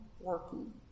working